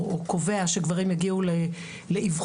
או קובע שגברים יגיעו לאיבחון,